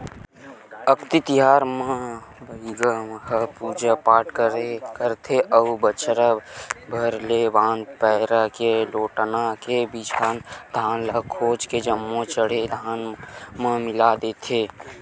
अक्ती तिहार म बइगा ह पूजा पाठ करथे अउ बछर भर ले बंधाए पैरा के लोटना के बिजहा धान ल खोल के जम्मो चड़हे धान म मिला देथे